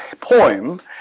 poem